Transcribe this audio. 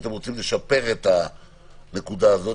כשאתם רוצים לשפר את הנקודה הזו,